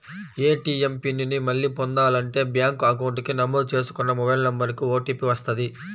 ATM pin ని మళ్ళీ పొందాలంటే బ్యేంకు అకౌంట్ కి నమోదు చేసుకున్న మొబైల్ నెంబర్ కు ఓటీపీ వస్తది